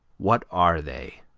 what are they?